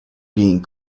being